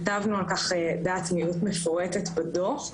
כתבנו על כך דעת מיעוט מפורטת בדוח.